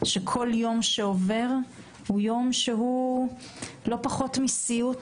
שכל יום שעובר הוא יום שהוא לא פחות מסיוט